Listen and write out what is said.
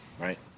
right